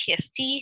PST